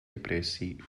репрессий